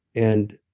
and